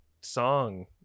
song